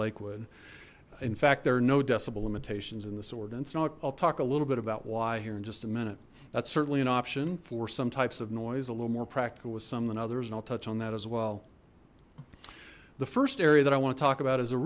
lakewood in fact there are no decibel limitations in this ordinance no i'll talk a little bit about why here in just a minute that's certainly an option for some types of noise a little more practical with some than others and i'll touch on that as well the first area that i want to talk about is a